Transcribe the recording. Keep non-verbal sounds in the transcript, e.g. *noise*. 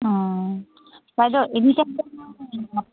*unintelligible*